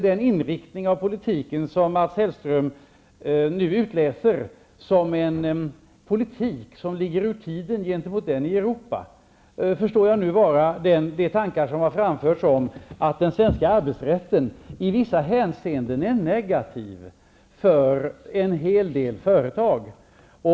Den inriktning av politiken som Mats Hellström nu skildrar som en politik som är ur tiden i jämförelse med den i Europa förstår jag är de tankar som har framförts om att den svenska arbetsrätten i vissa hänseenden är negativ för en hel del företag.